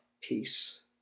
Peace